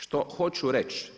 Što hoću reći?